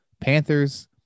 Panthers